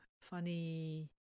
funny